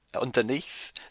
underneath